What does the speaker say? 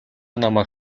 намайг